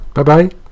Bye-bye